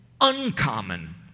uncommon